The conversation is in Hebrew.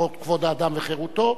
חוק כבוד האדם וחירותו,